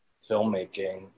filmmaking